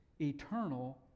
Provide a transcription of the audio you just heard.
eternal